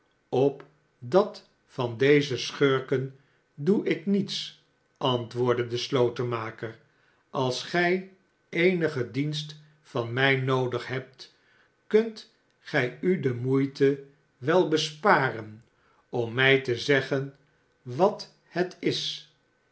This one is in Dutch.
op dat van een dezer schurken doe ik niets antwoordde de slotenmaker als gij eenigen dienst van mij noodig hebt kunt gij u de moeite wel besparen om mij te zeggen wat het is